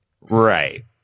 Right